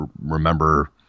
remember